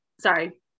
sorry